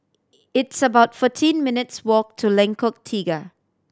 it's about fourteen minutes' walk to Lengkok Tiga